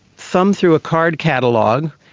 thumb through a card catalogue,